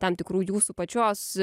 tam tikrų jūsų pačios